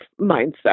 mindset